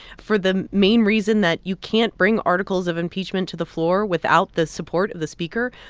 for the main reason that you can't bring articles of impeachment to the floor without the support of the speaker.